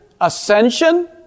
ascension